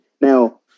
now